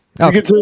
Okay